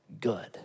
good